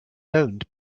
owned